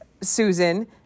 Susan